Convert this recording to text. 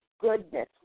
goodness